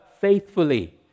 faithfully